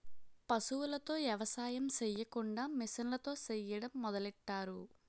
పశువులతో ఎవసాయం సెయ్యకుండా మిసన్లతో సెయ్యడం మొదలెట్టారు